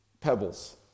pebbles